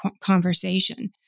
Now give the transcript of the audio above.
conversation